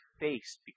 face